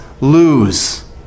lose